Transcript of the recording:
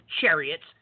chariots